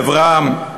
עברם,